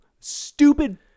Stupid